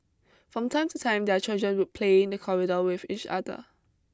from time to time their children would play in the corridor with each other